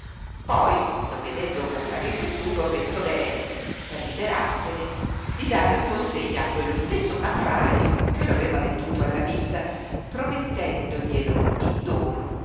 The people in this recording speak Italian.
poi non vedendo comparir nessuno pensò bene per liberarsene di darlo in consegna a quello stesso caprajo che lo aveva venduto alla miss promettendoglielo in dono